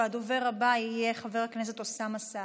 והדובר הבא יהיה חבר הכנסת אוסאמה סעדי.